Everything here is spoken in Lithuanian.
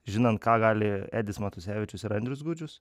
žinant ką gali edis matusevičius ir andrius gudžius